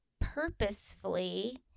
purposefully